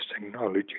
technology